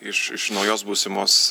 iš iš naujos būsimos